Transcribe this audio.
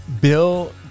Bill